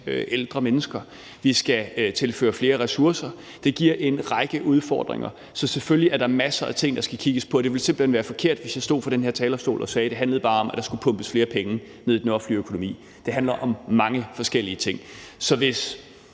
ældre mennesker. Vi skal tilføre flere ressourcer. Det giver en række udfordringer. Så selvfølgelig er der masser af ting, der skal kigges på, og det ville simpelt hen være forkert, hvis jeg stod på den her talerstol og sagde, at det bare handlede om, at der skulle pumpes flere penge ned i den offentlige økonomi. Det handler om mange forskellige ting. Så hvis